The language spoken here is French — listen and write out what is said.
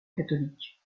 catholique